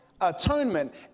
atonement